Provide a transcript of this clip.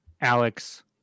Alex